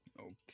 Okay